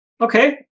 Okay